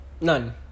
None